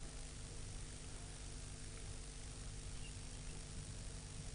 יותר גם אצל עיתונים אחרים בישראל בעתיד,